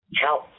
help